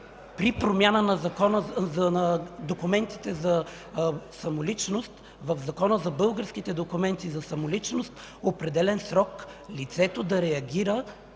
при промяна на документите за самоличност в Закона за българските документи за самоличност определен срок лицето да реагира